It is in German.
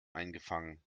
eingefangen